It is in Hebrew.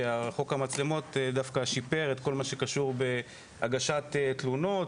שחוק המצלמות דווקא שיפר את כל מה שקשור בהגשת תלונות,